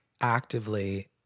actively